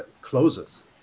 closes